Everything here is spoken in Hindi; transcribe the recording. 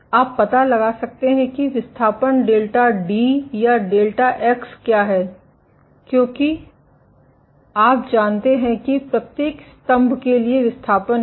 आप पता लगा सकते हैं कि विस्थापन डेल्टा डी या डेल्टा एक्स क्या है क्योंकि आप जानते हैं की प्रत्येक स्तंभ के लिए विस्थापन है